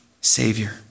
Savior